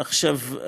עכשיו,